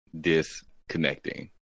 disconnecting